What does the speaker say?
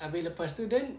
abeh lepastu then